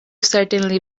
certainly